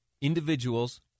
individuals